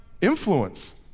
influence